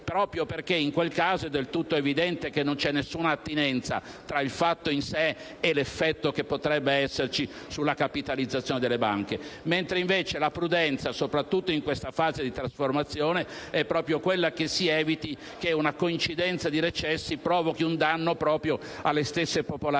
è stato tolto. In quel caso, infatti, è del tutto evidente che non c'è alcuna attinenza tra il fatto in sé e l'effetto che potrebbe esserci sulla capitalizzazione delle banche. Mentre invece la prudenza, soprattutto in questa fase di trasformazione, vuole proprio che si eviti che una coincidenza di recessi provochi un danno alle stesse popolari